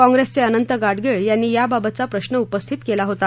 कॉंप्रेसचे अनंत गाङगीळ यांनी याबाबतचा प्रश्न उपस्थित केला होता